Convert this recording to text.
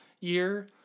year